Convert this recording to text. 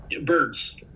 birds